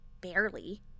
barely